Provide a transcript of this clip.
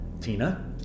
Tina